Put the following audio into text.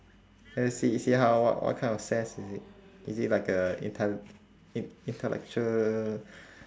let's see see how what what kind of sass is it is it like a intell~ in~ intellectual